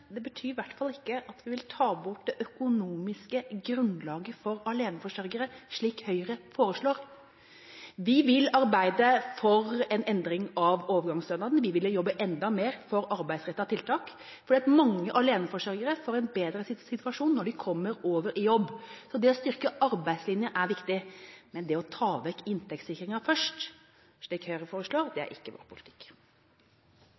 Det betyr i hvert fall ikke at vi vil ta bort det økonomiske grunnlaget for aleneforsørgere, slik Høyre foreslår. Vi vil arbeide for en endring av overgangsstønaden. Vi vil jobbe enda mer for arbeidsrettede tiltak. Mange aleneforeldre får en bedre situasjon når de kommer over i jobb. Det å styrke arbeidslinjen, er viktig, men det å ta vekk inntektssikringen først, slik Høyre foreslår, er ikke vår politikk. Da ønsker representanten Røe Isaksen ytterligere en replikk, og det